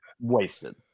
wasted